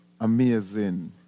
amazing